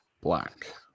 black